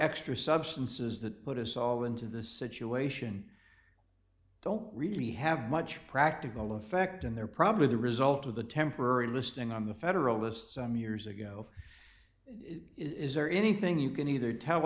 extra substances that put us all into the situation don't really have much practical effect and they're probably the result of the temporary listing on the federalist some years ago is there anything you can either tell